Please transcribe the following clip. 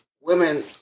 Women